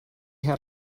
had